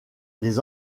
les